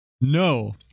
No